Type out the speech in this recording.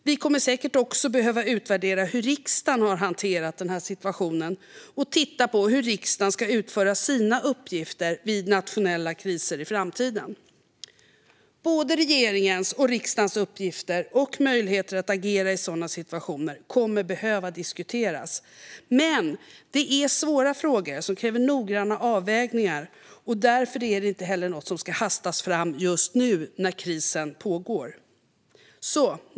Vi kommer säkert också att behöva utvärdera hur riksdagen har hanterat situationen och titta på hur riksdagen ska utföra sina uppgifter vid nationella kriser i framtiden. Både regeringens och riksdagens uppgifter och möjligheter att agera i sådana situationer kommer att behöva diskuteras. Men det är svåra frågor som kräver noggranna avvägningar. Därför är det inte heller något som ska hastas fram just nu när krisen pågår.